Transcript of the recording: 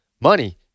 money